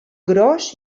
gros